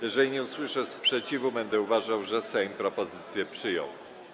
Jeżeli nie usłyszę sprzeciwu, będę uważał, że Sejm propozycje przyjął.